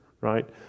right